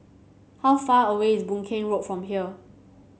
how far away is Boon Keng Road from here